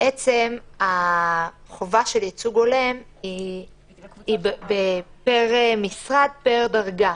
בעצם, חובת ייצוג הולם היא פר משרד ופר דרגה.